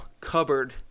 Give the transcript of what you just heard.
cupboard